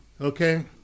Okay